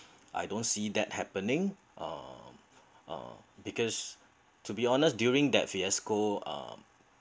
I don't see that happening uh uh because to be honest during that fiasco um